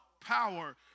power